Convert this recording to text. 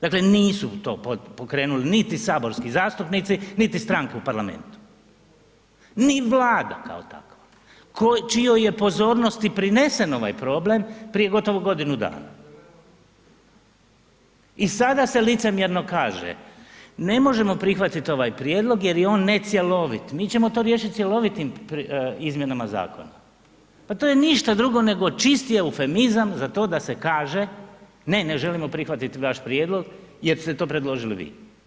Dakle, nisu to pokrenuli niti saborski zastupnici, niti stranke u parlamentu, ni Vlada kao takva čijoj je pozornosti prinesen ovaj problem prije gotovo godinu dana i sada se licemjerno kaže ne možemo prihvatit ovaj prijedlog jer je on necjelovit, mi ćemo to riješiti cjelovitim izmjenama zakona, pa to je ništa drugo nego čisti eufemizam za to da se kaže ne ne želimo prihvatit vaš prijedlog jer ste to predložili vi.